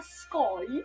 sky